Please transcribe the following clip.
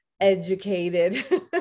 educated